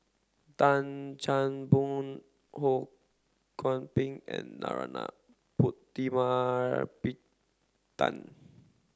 Tan Chan Boon Ho Kwo n Ping and Narana Putumaippittan